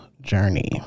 journey